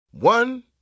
One